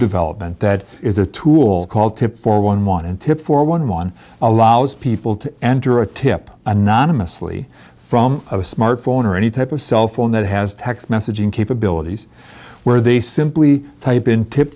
development that is a tool called tips for one one and tips for one one allows people to enter a tip anonymously from a smartphone or any type of cell phone that has text messaging capabilities where they simply type in tip